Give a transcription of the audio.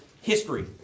history